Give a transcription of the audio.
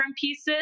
pieces